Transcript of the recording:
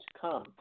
come